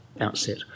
outset